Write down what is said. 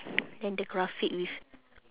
and the graphic with